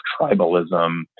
tribalism